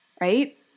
right